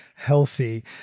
healthy